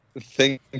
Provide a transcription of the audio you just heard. Thank